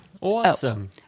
awesome